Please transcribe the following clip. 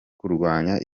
kurwanya